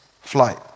flight